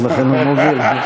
אז לכן הוא מוביל.